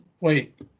wait